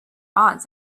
odds